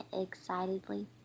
excitedly